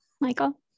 Michael